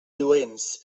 lluents